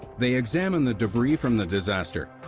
they examine the debris from the disaster,